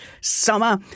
summer